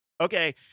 Okay